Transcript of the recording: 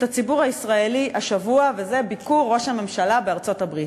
הציבור הישראלי השבוע: ביקור ראש הממשלה בארצות-הברית.